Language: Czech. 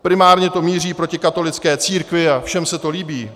Primárně to míří proti katolické církvi a všem se to líbí.